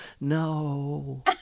no